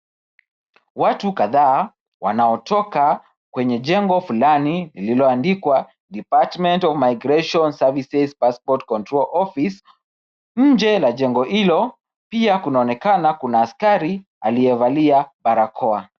Watu kadhaa wanaotoka kwenye jengo fulani lililoandikwa Department of Migration Services Passport Control Office nje ya jengo hilo pia kunaonekana kuna askari aliyevalia barakoa.